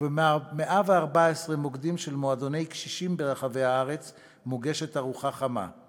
וב-114 מוקדים של מועדוני קשישים ברחבי הארץ מוגשת ארוחה חמה.